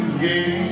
game